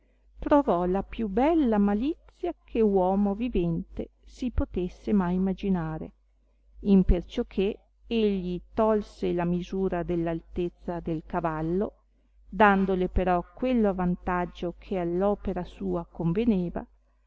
trovò la più bella malizia che uomo vivente si potesse mai imaginare imperciò che egli tolse la misura dell'altezza del cavallo dandole però quello avantaggio che all opera sua conveneva